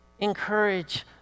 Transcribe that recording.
encourage